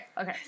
okay